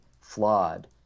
flawed